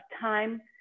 time